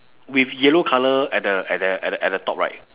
with yellow colour at the at the at the at the top right